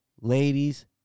ladies